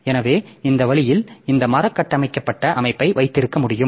எனவே இந்த வழியில் இந்த மர கட்டமைக்கப்பட்ட அமைப்பை வைத்திருக்க முடியும்